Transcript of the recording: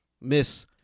Miss